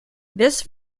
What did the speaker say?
this